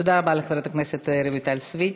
תודה רבה לחברת הכנסת רויטל סויד.